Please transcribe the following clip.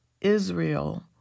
Israel